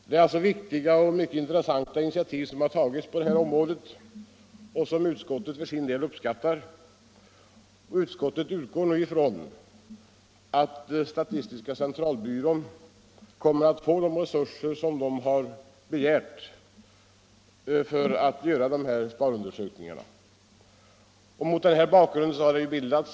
Det är alltså viktiga och mycket intressanta initiativ, som utskottet för sin del uppskattar, som har tagits på detta område. Utskottet utgår från att statistiska centralbyrån kommer att få de resurser som man begärt för att genomföra dessa sparundersökningar.